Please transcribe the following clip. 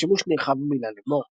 או שימוש נרחב במילה "לאמר".